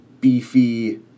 beefy